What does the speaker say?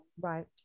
right